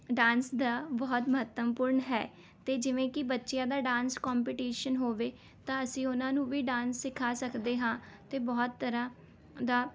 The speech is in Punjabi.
ਡਾਂਸ ਦਾ ਬਹੁਤ ਮਹੱਤਵਪੂਰਨ ਹੈ ਅਤੇ ਜਿਵੇਂ ਕਿ ਬੱਚਿਆਂ ਦਾ ਡਾਂਸ ਕੰਪੀਟੀਸ਼ਨ ਹੋਵੇ ਤਾਂ ਅਸੀਂ ਉਹਨਾਂ ਨੂੰ ਵੀ ਡਾਂਸ ਸਿਖਾ ਸਕਦੇ ਹਾਂ ਅਤੇ ਬਹੁਤ ਤਰ੍ਹਾਂ ਦਾ